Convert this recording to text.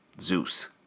Zeus